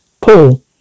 Paul